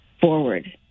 forward